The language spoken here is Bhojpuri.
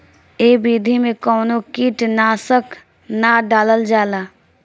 ए विधि में कवनो कीट नाशक ना डालल जाला